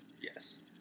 Yes